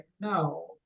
no